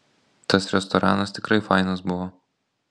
tas restoranas tikrai fainas buvo